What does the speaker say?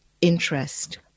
interest